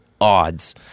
odds